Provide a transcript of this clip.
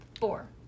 Four